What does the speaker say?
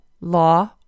law